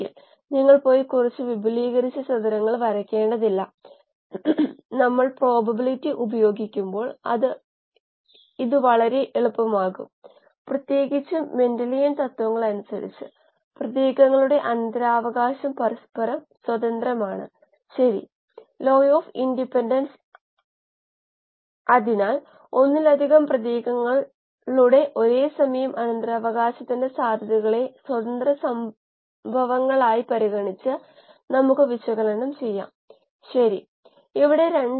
Garcia ഒച്ചോവയും ഗോമസും 2009 ൽ എഴുതിയ ഈ പ്രബന്ധം ബയോടെക്നോളജി അഡ്വാൻസസിൽ പ്രസിദ്ധീകരിച്ചു ശീർഷകം ബയോ റിയാക്ടർ സ്കെയിൽ അപ്പും അതായത് മൈക്രോബയൽ പ്രക്രിയകളിലെ ഓക്സിജൻ കൈമാറ്റ നിരക്കു ഒരു അവലോകനം Bioreactor scale up and oxygen transfer rate in microbial processes an overview